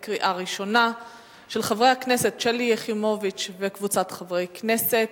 של חברי הכנסת שלי יחימוביץ וקבוצת חברי הכנסת,